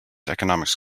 economics